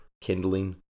kindling